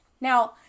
Now